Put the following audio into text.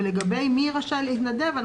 לגבי מי שרשאי להתנדב,